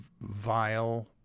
vile